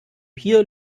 hier